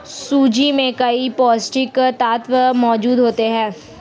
सूजी में कई पौष्टिक तत्त्व मौजूद होते हैं